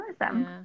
Awesome